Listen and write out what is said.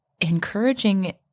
encouraging